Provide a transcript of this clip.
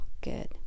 good